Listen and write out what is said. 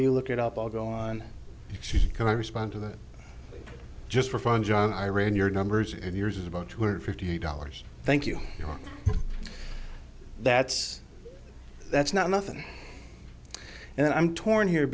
you look it up i'll go on can i respond to that just for fun john i read your numbers and yours is about two hundred fifty dollars thank you that's that's not nothing and i'm torn here